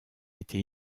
été